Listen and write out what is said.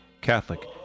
Catholic